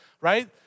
right